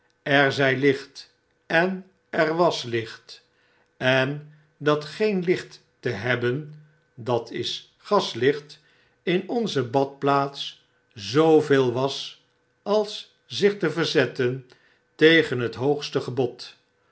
zjj licht en er was licht en dat geen licht te hebben dat is gaslicht in onze badplaats zooveelwas als zich te verzetten tegen het hoogste gebod